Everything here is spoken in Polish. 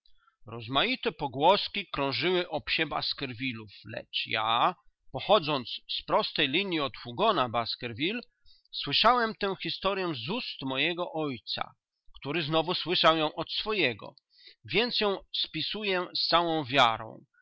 rozmaite pogłoski krążyły o psie baskervillów lecz ja pochodząc w prostej linii od hugona baskerville słyszałem tę historyę z ust mojego ojca który znowu słyszał ją od swojego więc ją spisuję z całą wiarą